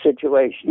situation